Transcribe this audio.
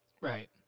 Right